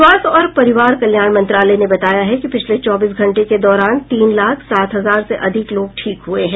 स्वास्थ्य और परिवार कल्याण मंत्रालय ने बताया है कि पिछले चौबीस घंटे के दौरान तीन लाख सात हजार से अधिक लोग ठीक हुए हैं